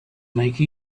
make